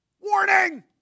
Warning